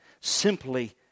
Simply